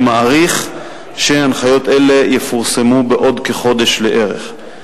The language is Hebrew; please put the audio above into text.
אני מעריך שהנחיות אלה יפורסמו בעוד חודש לערך.